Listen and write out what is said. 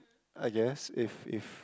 I guess if if